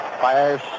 fires